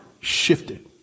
shifted